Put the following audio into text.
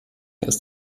ist